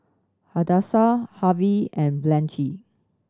Hadassah Harvey and Blanchie